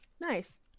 nice